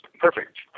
perfect